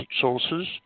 sources